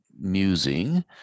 musing